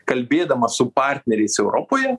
kalbėdama su partneriais europoje